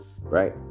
right